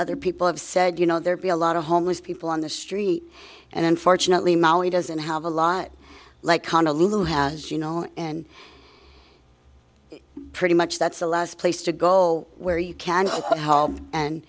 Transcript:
other people have said you know there be a lot of homeless people on the street and unfortunately molly doesn't have a lot like qana lulu has you know and pretty much that's the last place to go where you can help and